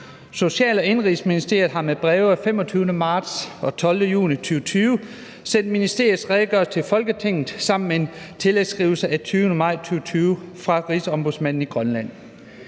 Social- og Indenrigsministeriet har med breve af 25. marts og 12. juni 2020 sendt ministeriets redegørelse til Folketinget sammen med en tillægsskrivelse af 20. maj 2020 fra Rigsombudsmanden i Grønland.